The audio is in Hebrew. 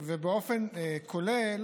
באופן כולל